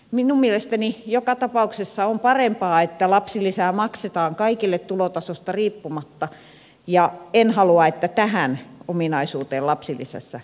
minun mielestäni joka tapauksessa on parempi että lapsilisää maksetaan kaikille tulotasosta riippumatta ja en halua että tähän ominaisuuteen lapsilisässä puututaan